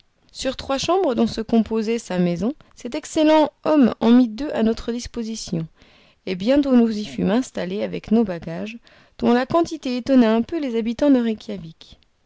sur trois chambres dont se composait sa maison cet excellent homme en mit deux à notre disposition et bientôt nous y fûmes installés avec nos bagages dont la quantité étonna un peu les habitants de